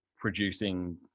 producing